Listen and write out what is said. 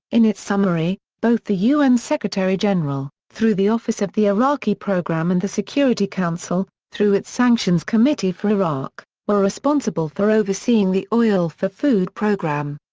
in its summary both the u n. secretary general, through the office of the iraqi programme and the security council, through its sanctions committee for iraq, were responsible for overseeing the oil-for-food programme.